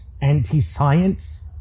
anti-science